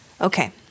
Okay